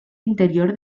interior